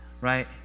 Right